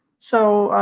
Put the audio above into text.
so,